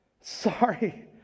sorry